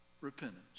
repentance